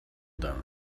them